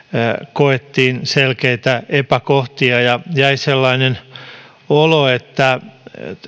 koettiin selkeitä epäkohtia ja joista jäi sellainen olo että